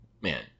Man